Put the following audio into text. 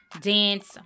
dance